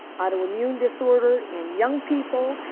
autoimmune disorder in young people,